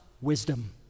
Wisdom